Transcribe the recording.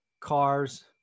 cars